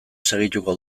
segituko